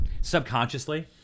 subconsciously